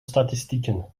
statistieken